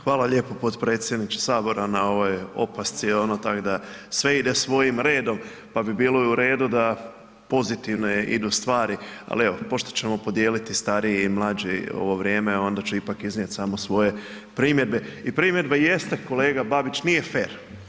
Hvala lijepo potpredsjedniče Sabora na ovoj opasci, tako da sve ide svojim redom pa bi bilo u redu da pozitivne idu stvari ali evo pošto ćemo podijeliti stariji i mlađi ovo vrijeme onda ću ipak iznijet samo svoje primjedbe i primjedba jeste kolega Babić, nije fer.